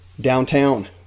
downtown